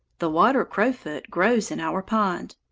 the water-crowfoot grows in our pond.